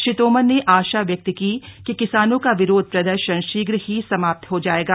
श्री तोमर ने आशा व्यक्त की कि किसानों का विरोध प्रदर्शन शीघ्र ही समाप्त हो जाएगा